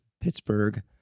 Pittsburgh